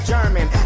German